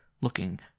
looking